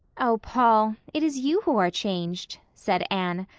oh, paul, it is you who are changed, said anne.